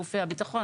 גופי הביטחון,